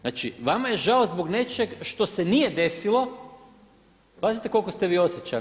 Znači vama je žao zbog nečeg što se nije desilo, pazite koliko ste vi osjećajni.